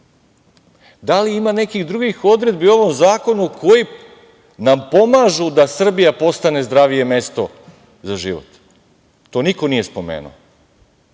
Da li ima nekih drugih odredbi u ovom zakonu koje nam pomažu da Srbija postane zdravije mesto za život? To niko nije spomenuo,